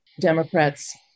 Democrats